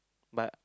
but